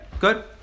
good